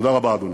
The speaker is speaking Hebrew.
תודה רבה, אדוני.